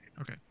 okay